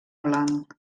blanc